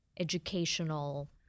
educational